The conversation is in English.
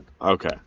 Okay